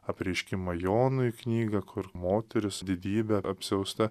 apreiškimą jonui knygą kur moteris didybe apsiausta